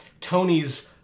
Tony's